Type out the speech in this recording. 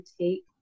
take